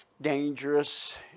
dangerous